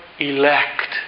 elect